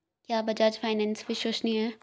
क्या बजाज फाइनेंस विश्वसनीय है?